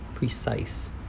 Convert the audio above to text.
precise